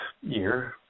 year